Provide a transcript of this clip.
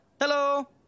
Hello